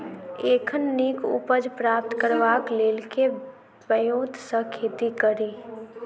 एखन नीक उपज प्राप्त करबाक लेल केँ ब्योंत सऽ खेती कड़ी?